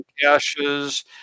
caches